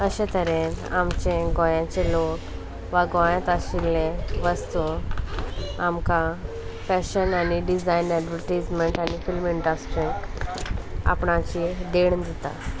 अशें तरेन आमचे गोंयाचे लोक वा गोंयांत आशिल्ले वस्तू आमकां फॅशन आनी डिजायन एडवर्टीजमेंट आनी फिल्म इंडस्ट्रीक आपणाची देण दिता